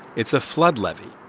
it's a flood levy.